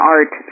Art